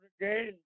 again